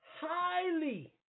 highly